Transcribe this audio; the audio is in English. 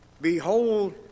Behold